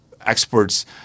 experts